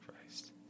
Christ